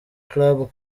club